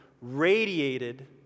radiated